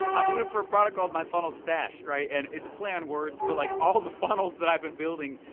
i'm doing it for a product called my funnel stache, right? and it's a play on words but like all the funnels that i've been building,